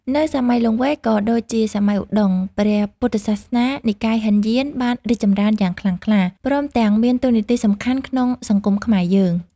នៅសម័យលង្វែកក៏ដូចជាសម័យឧត្តុង្គ ព្រះពុទ្ធសាសនានិកាយហីនយានបានរីកចម្រើនយ៉ាងខ្លាំងក្លា ព្រមទាំងមានតួនាទីសំខាន់ក្នុងសង្គមខ្មែរយើង ។